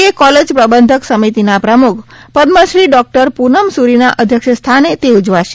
એ college પ્રબંધક સમિતિના પ્રમુખ પદ્મશ્રી ડોક્ટર પૂનમ સુરીના અધ્યક્ષસ્થાને તે ઉજવાશે